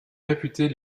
réputés